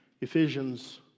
ephesians